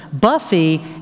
Buffy